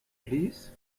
please